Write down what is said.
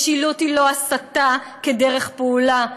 משילות היא לא הסתה כדרך פעולה.